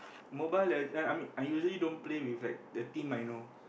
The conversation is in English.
Mobile-Legend I I mean I usually don't play with like the team I know